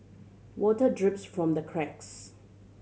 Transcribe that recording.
water drips from the cracks